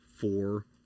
four